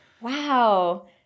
Wow